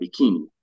bikini